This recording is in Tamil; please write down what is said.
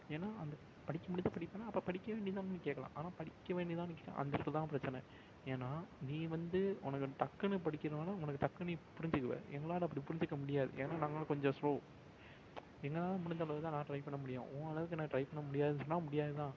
ஏன்னால் அந்த படிக்க முடிஞ்சால் படிப்பேன்னால் அப்போ படிக்க வேண்டியது தானேன்னு நீ கேட்கலாம் ஆனால் படிக்க வேண்டியதான் கே அந்த இடத்துல தன் பிரச்சனை ஏன்னால் நீ வந்து உனக்கு டக்குன்னு படிக்கணும் உனக்கு டக்குன்னு நீ புரிஞ்சிக்குவே எங்களால் அப்படிப் புரிஞ்சிக்க முடியாது ஏன்னால் நாங்கள்லாம் கொஞ்சம் ஸ்லோ எங்களால் முடிஞ்ச அளவு தான் நான் ட்ரை பண்ண முடியும் உன் அளவுக்கு எனக்கு ட்ரை பண்ண முடியாதுன்னு சொன்னால் முடியாது தான்